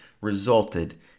resulted